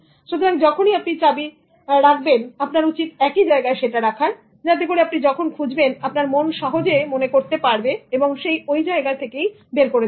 সুতরাং যখনই আপনি চাবি রাখবেন আপনার উচিত একই জায়গায় সেটা রাখার যাতে করে আপনি যখন খুঁজবেন আপনার মন সহজে মনে করতে পারবে এবং সে ওই জায়গায় থেকে বের করে দেবে